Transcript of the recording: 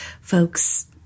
folks